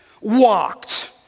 walked